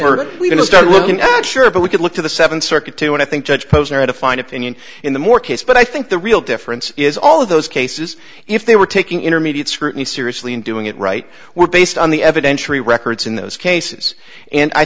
we're going to start with sure but we could look to the seventh circuit to and i think judge posner had a fine opinion in the more case but i think the real difference is all of those cases if they were taking intermediate scrutiny seriously and doing it right were based on the evidentiary records in those cases and i